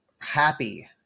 happy